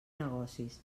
negocis